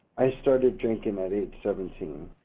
i started drinking at age seventeen